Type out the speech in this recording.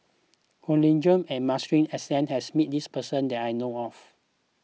Kwek Leng Joo and Masuri S N has met this person that I know of